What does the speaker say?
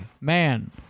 Man